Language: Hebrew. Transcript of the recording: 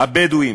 הבדואים,